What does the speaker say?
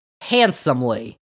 handsomely